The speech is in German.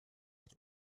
hat